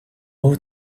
who